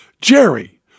Jerry